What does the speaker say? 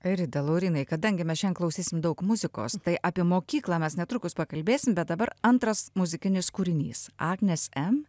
erida laurynai kadangi mes šian klausysim daug muzikos tai apie mokyklą mes netrukus pakalbėsim bet dabar antras muzikinis kūrinys agnės em